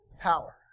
power